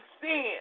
sin